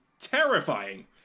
terrifying